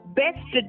best